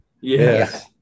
yes